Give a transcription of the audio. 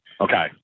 Okay